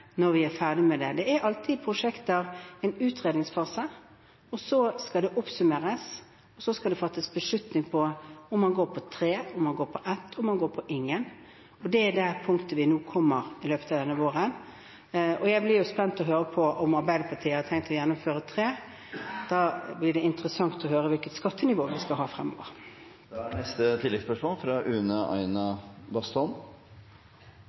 når vi er ferdige. Det er alltid i prosjekter en utredningsfase, så skal det oppsummeres, og så skal det fattes beslutning på om man går på tre, om man går på ett, om man går på ingen. Det er det punktet vi kommer til i løpet av denne våren. Jeg er jo spent på å høre om Arbeiderpartiet har tenkt å gjennomføre tre. Da blir det interessant å høre hvilket skattenivå vi skal ha fremover. Une Bastholm – til oppfølgingsspørsmål. Karbonfangst og -lagring for industrien er